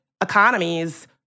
economies